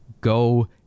go